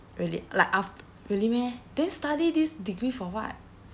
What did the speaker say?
really like aft~ really meh then study this degree for what